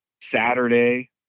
Saturday